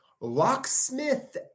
Locksmith